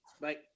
Bye